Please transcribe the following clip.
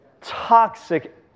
toxic